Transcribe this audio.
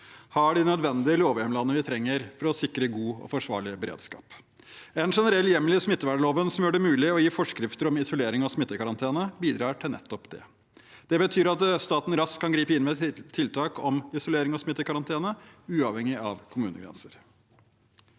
har de nødvendige lovhjemlene vi trenger for å sikre god og forsvarlig beredskap. En generell hjemmel i smittevernloven som gjør det mulig å gi forskrifter om isolering og smittekarantene, bidrar til nettopp det. Det betyr at staten raskt kan gripe inn med tiltak om isolering og smittekarantene, uavhengig av kommunegrenser.